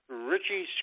richie